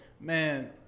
Man